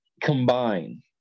combine